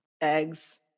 eggs